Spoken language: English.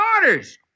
orders